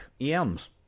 EMs